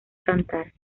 cantar